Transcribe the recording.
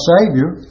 Savior